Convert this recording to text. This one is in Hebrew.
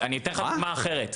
אני אתן לך דוגמה אחרת,